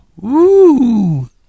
Woo